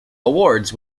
awards